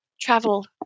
travel